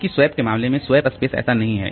जबकि स्वैप के मामले में स्वैप स्पेस ऐसा नहीं है